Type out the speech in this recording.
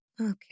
Okay